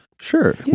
Sure